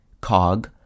cog